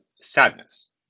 sadness